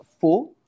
four